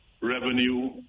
revenue